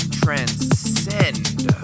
transcend